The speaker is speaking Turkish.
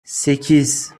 sekiz